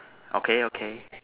okay okay